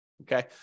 Okay